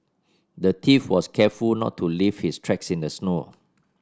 the thief was careful not to leave his tracks in the snow